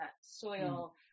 soil